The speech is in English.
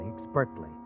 expertly